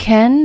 Ken